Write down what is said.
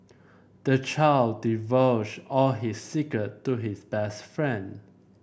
the child divulged all his secret to his best friend